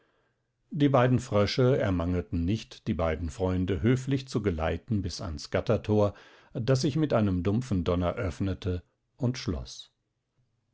die beiden frösche ermangelten nicht die beiden freunde höflich zu geleiten bis ans gattertor das sich mit einem dumpfen donner öffnete und schloß